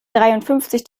dreiundfünfzig